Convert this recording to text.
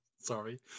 Sorry